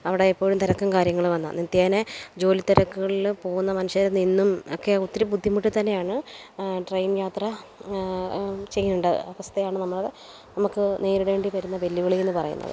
അവിടെ എപ്പോഴും തിരക്കും കാര്യങ്ങളും എന്നാണ് നിത്യേനെ ജോലി തിരക്കുകളിൽ പോവുന്ന മനുഷ്യർ നിന്നും ഒക്കെ ഒത്തിരി ബുദ്ധിമുട്ടി തന്നെയാണ് ട്രെയിൻ യാത്ര ചെയ്യേണ്ട അവസ്ഥയാണ് നമ്മൾ നമുക്ക് നേരിടേണ്ടി വരുന്ന വെല്ലുവിളി എന്ന് പറയുന്നത്